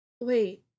Wait